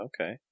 okay